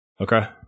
Okay